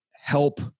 help